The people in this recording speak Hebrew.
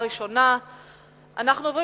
ובכן,